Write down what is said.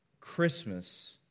Christmas